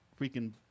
freaking